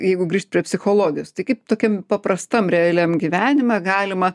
jeigu grįžt prie psichologijos tai kaip tokiam paprastam realiam gyvenime galima